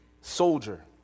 soldier